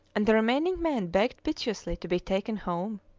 and the remaining men begged piteously to be taken home?